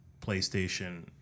PlayStation